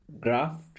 graft